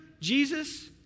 Jesus